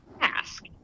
ask